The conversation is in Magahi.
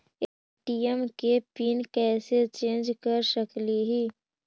ए.टी.एम के पिन कैसे चेंज कर सकली ही?